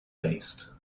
based